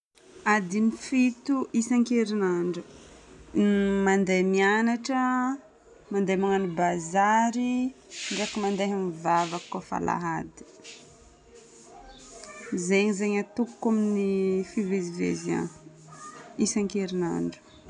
Adiny fito isan-kerinandro. Mandeha mianatra, mandeha magnano bazary, ndraiky mandeha mivavaka ko efa lahady. Zegny zegny atokako amin'ny fiveziveziagna isan-kerinandro.